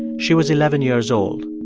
she was eleven years old.